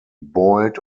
boiled